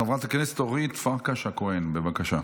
חברת הכנסת אורית פרקש הכהן, בבקשה.